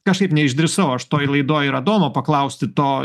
kažkaip neišdrįsau aš toj laidoj ir adomo paklausti to